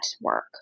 work